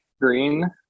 green